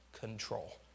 control